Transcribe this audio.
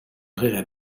rirai